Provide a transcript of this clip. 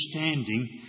understanding